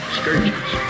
scourges